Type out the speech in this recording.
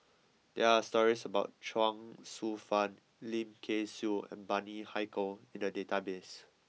there are stories about Chuang Hsueh Fang Lim Kay Siu and Bani Haykal in the database